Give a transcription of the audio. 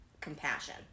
compassion